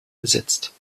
besetzt